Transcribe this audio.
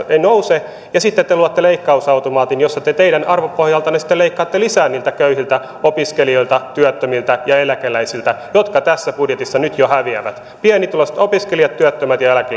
ei nouse ja sitten te luotte leikkausautomaatin jossa te teidän arvopohjaltanne sitten leikkaatte lisää niiltä köyhiltä opiskelijoilta työttömiltä ja eläkeläisiltä jotka tässä budjetissa nyt jo häviävät pienituloiset opiskelijat työttömät ja eläkeläiset